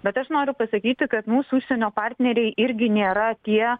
bet aš noriu pasakyti kad mūsų užsienio partneriai irgi nėra tie